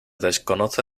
desconoce